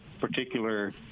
particular